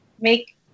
make